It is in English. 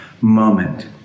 moment